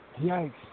yikes